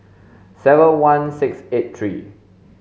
seven one six eight three